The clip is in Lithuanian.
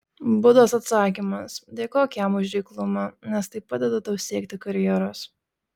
budos atsakymas dėkok jam už reiklumą nes tai padeda tau siekti karjeros